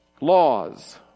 Laws